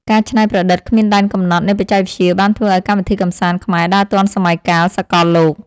ការច្នៃប្រឌិតគ្មានដែនកំណត់នៃបច្ចេកវិទ្យាបានធ្វើឱ្យកម្មវិធីកម្សាន្តខ្មែរដើរទាន់សម័យកាលសកលលោក។